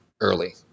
early